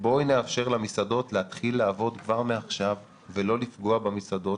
בואי נאפשר למסעדות להתחיל לעבוד כבר מעכשיו ולא לפגוע במסעדות,